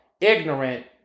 Ignorant